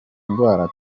ndwara